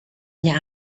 nya